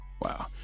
wow